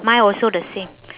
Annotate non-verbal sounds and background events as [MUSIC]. mine also the same [BREATH]